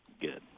good